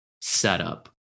setup